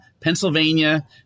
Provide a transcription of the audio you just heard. Pennsylvania